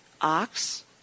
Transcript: ox